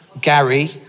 Gary